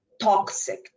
toxic